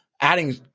adding